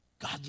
God